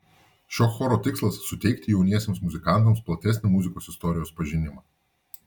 šio choro tikslas suteikti jauniesiems muzikantams platesnį muzikos istorijos pažinimą